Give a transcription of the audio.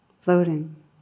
floating